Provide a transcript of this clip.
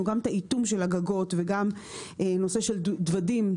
גם את האיטום של הגגות וגם נושא של דוודים,